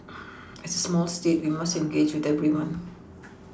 as a small state we must engage with everyone